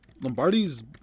Lombardi's